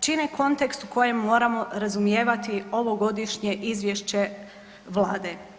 čini kontekst koji moramo razumijevati ovogodišnje izvješće Vlade.